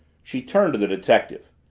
she turned to the detective.